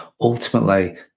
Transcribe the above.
Ultimately